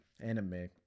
anime